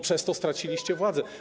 Przez to straciliście władzę.